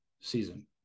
season